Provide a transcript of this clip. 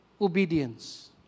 Obedience